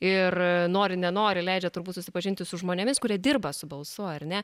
ir nori nenori leidžia turbūt susipažinti su žmonėmis kurie dirba su balsu ar ne